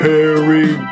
Harry